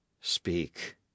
speak